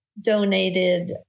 donated